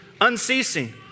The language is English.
unceasing